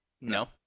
no